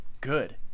good